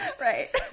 Right